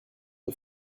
the